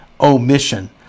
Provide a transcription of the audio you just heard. omission